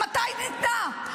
מתי היא ניתנה,